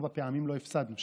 ארבע פעמים לא הפסדנו.